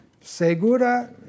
Segura